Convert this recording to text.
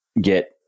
get